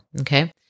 Okay